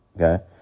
okay